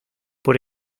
por